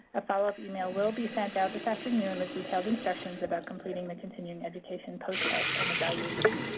a follow-up email will be sent out this afternoon with detailed instructions about completing the continuing education post-test and evaluation.